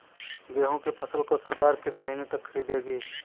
गेहूँ की फसल को सरकार किस महीने तक खरीदेगी?